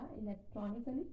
electronically